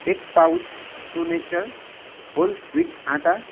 एक pouch pro nature whole wheat आटा